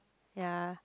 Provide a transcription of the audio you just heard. ya